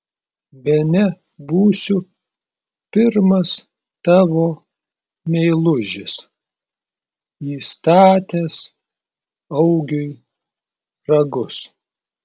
bene būsiu pirmas tavo meilužis įstatęs augiui ragus